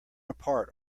apart